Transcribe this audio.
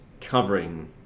covering